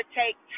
take